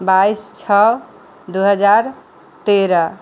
बाइस छओ दू हजार तेरह